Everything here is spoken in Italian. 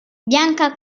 bianca